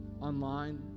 online